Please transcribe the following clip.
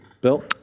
Bill